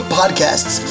podcasts